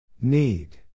Need